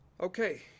Okay